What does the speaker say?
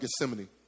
Gethsemane